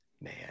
Man